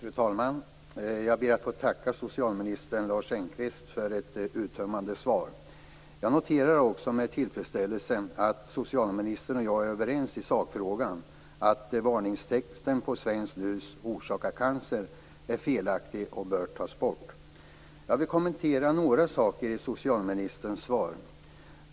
Fru talman! Jag ber att få tacka socialminister Lars Engqvist för ett uttömmande svar. Jag noterar också med tillfredsställelse att socialministern och jag är överens i sakfrågan, dvs. att varningstexten på svenskt snus, "orsakar cancer", är felaktig och bör tas bort. Jag vill kommentera några saker i socialministerns svar.